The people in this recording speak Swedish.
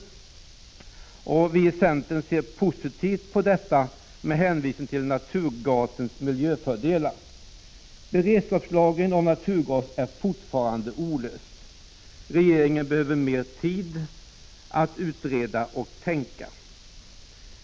Vi i centern ser positivt på detta på grund av naturgasens miljöfördelar. Frågan om beredskapslagring av naturgas är fortfarande olöst. Regeringen behöver mer tid att utreda och tänka.